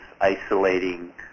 isolating